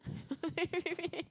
A B B A